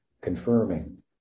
confirming